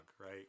right